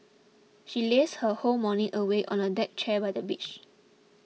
she lazed her whole morning away on a deck chair by the beach